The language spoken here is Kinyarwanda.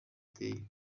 ateye